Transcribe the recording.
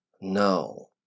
No